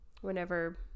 Whenever